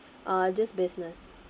uh just business